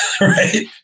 Right